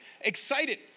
excited